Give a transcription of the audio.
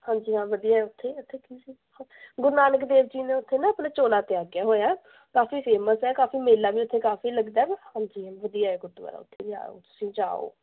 ਹਾਂਜੀ ਹਾਂ ਵਧੀਆ ਉੱਥੇ ਇੱਥੇ ਕੀ ਸੀ ਗੁਰੂ ਨਾਨਕ ਦੇਵ ਜੀ ਨੇ ਉੱਥੇ ਨਾ ਆਪਣਾ ਚੋਲਾ ਤਿਆਗਿਆ ਹੋਇਆ ਕਾਫ਼ੀ ਫੇਮਸ ਹੈਕਾਫ਼ੀ ਮੇਲਾ ਵੀ ਉੱਥੇ ਕਾਫ਼ੀ ਲੱਗਦਾ ਹਾਂਜੀ ਹਾਂ ਵਧੀਆ ਹੈ ਗੁਰਦੁਆਰਾ ਉੱਥੇ ਤੁਸੀਂ ਜਾਓ